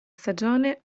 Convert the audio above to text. stagione